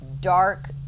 dark